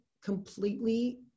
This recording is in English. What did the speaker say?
Completely